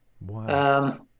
Wow